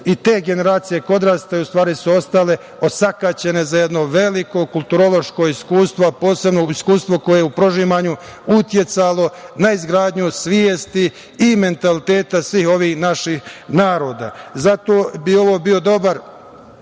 i te generacije koje odrastaju, u stvari su ostale osakaćene za jedno veliko kulturološko iskustvo, a posebno iskustvo koje je u prožimanju uticalo na izgradnju svesti i mentaliteta svih ovih naših naroda. Zato bi ovo bio dobar